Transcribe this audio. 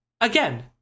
again